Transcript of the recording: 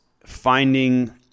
finding